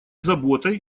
заботой